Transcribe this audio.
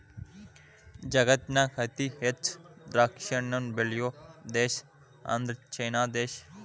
ಜಗತ್ತಿನ್ಯಾಗ ಅತಿ ಹೆಚ್ಚ್ ದ್ರಾಕ್ಷಿಹಣ್ಣನ್ನ ಬೆಳಿಯೋ ದೇಶ ಅಂದ್ರ ಚೇನಾ ದೇಶ